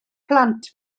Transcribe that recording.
plant